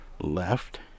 left